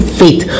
faith